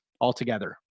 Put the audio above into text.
altogether